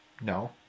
No